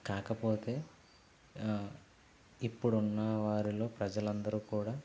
కాకపోతే ఇప్పుడున్న వారిలో ప్రజలందరూ కూడా